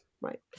right